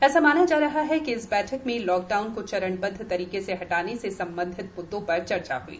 ऐसा माना जा रहा है कि इस बैठक में लॉकडाउन को चरणबद्व तरीके से हटाने से संबंधित म्द्दों पर चर्चा ह्ई